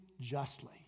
justly